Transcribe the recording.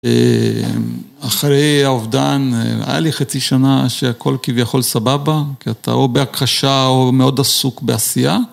אחרי האובדן היה לי חצי שנה שהכל כביכול סבבה, כי אתה או בהכחשה או מאוד עסוק בעשייה.